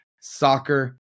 soccer